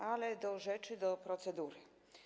Ale do rzeczy, do procedury.